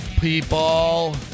people